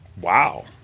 wow